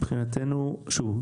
הנושא של שדרוג כביש 65